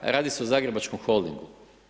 Radi se o Zagrebačkom holdingu.